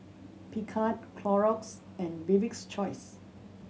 Picard Clorox and Bibik's Choice